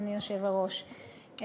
אדוני היושב-ראש,